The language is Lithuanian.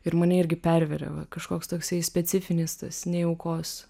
ir mane irgi perverė kažkoks toksai specifinis tas nejaukos